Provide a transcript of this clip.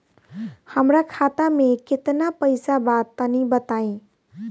हमरा खाता मे केतना पईसा बा तनि बताईं?